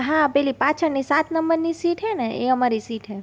હા પેલી પાછળની સાત નંબરની સીટ છે ને એ અમારી સીટ છે